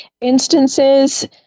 instances